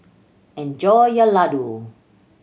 enjoy your laddu